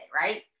right